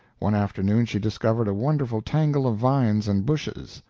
one afternoon she discovered a wonderful tangle of vines and bushes,